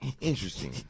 interesting